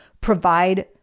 provide